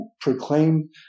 proclaim